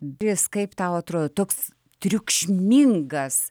kaip tau atrodo toks triukšmingas